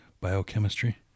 biochemistry